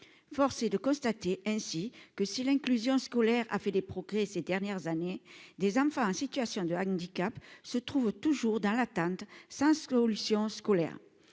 force est de constater ainsi que si l'inclusion scolaire a fait des progrès ces dernières années des enfants en situation de handicap se trouve toujours dans l'attente s'inscrit scolaire,